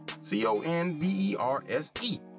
C-O-N-B-E-R-S-E